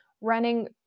running